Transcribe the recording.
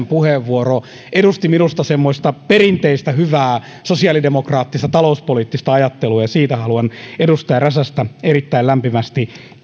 puheenvuoro edusti minusta semmoista perinteistä hyvää sosiaalidemokraattista talouspoliittista ajattelua ja siitä haluan edustaja räsästä erittäin lämpimästi